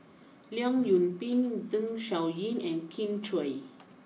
Leong Yoon Pin Zeng Shouyin and Kin Chui